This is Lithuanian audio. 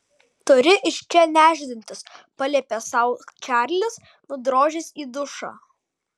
turi iš čia nešdintis paliepė sau čarlis nudrožęs į dušą